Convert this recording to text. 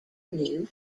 new